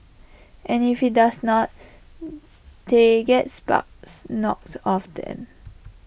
and if IT does not they get sparks knocked off them